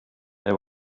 they